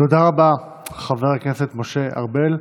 תודה רבה, חבר הכנסת משה ארבל.